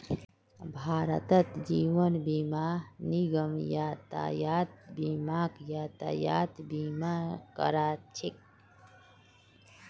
भारतत जीवन बीमा निगम यातायात बीमाक यातायात बीमा करा छेक